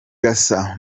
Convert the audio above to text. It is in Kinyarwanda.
cassa